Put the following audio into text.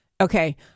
Okay